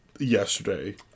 Yesterday